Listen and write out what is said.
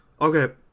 Okay